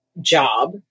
job